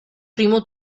primo